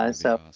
ah so,